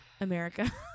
America